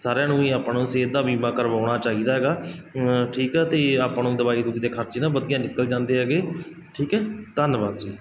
ਸਾਰਿਆਂ ਨੂੰ ਹੀ ਆਪਾਂ ਨੂੰ ਸਿਹਤ ਦਾ ਬੀਮਾ ਕਰਵਾਉਣਾ ਚਾਹੀਦਾ ਹੈਗਾ ਠੀਕ ਆ ਅਤੇ ਆਪਾਂ ਨੂੰ ਦਵਾਈ ਦੁਵਈ ਦੇ ਖਰਚੇ ਨਾ ਵਧੀਆ ਨਿਕਲ ਜਾਂਦੇ ਹੈਗੇ ਠੀਕ ਹੈ ਧੰਨਵਾਦ ਜੀ